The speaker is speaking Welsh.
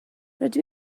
rydw